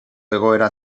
egoera